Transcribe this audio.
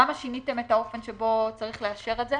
למה שיניתם את האופי שבו צריך לאשר את זה?